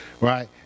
right